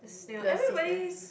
the sea snail